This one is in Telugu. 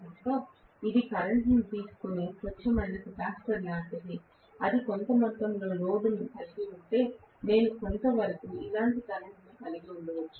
కనుక ఇది కరెంట్ను తీసుకునే స్వచ్ఛమైన కెపాసిటర్ లాంటిది లేదా అది కొంత మొత్తంలో లోడ్ కలిగి ఉంటే నేను కొంతవరకు ఇలాంటి కరెంట్ ఉండవచ్చు